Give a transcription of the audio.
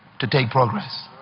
to take progress.